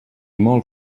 molt